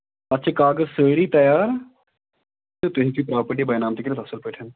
اَتھ چھِ کاغذ سٲری تیار تہٕ تُہۍ ہیٚکِو پرٛاپٔٹی بَینام تہِ کٔرِتھ اَصٕل پٲٹھۍ